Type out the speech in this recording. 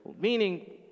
Meaning